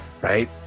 right